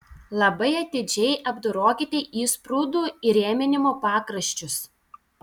labai atidžiai apdorokite įsprūdų įrėminimo pakraščius